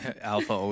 Alpha